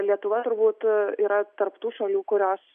lietuva turbūt yra tarp tų šalių kurios